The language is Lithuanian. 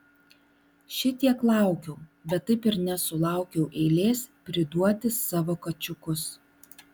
šitiek laukiau bet taip ir nesulaukiau eilės priduoti savo kačiukus